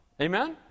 Amen